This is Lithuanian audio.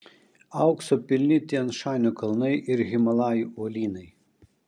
aukso pilni tian šanio kalnai ir himalajų uolynai